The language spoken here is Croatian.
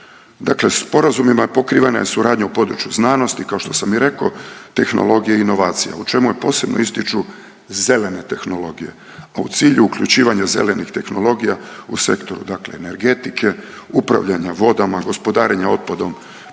Dakle, sporazumima pokrivena je suradnja u području znanosti, kao što sam i rekao tehnologije, inovacije u čemu posebno ističu zelene tehnologije, a u cilju uključivanja zelenih tehnologija u sektoru energetike, upravljanja vodama, gospodarenja otpadom,